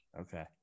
Okay